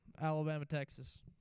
Alabama-Texas